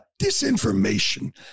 disinformation